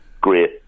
great